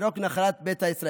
ולא רק נחלת ביתא ישראל.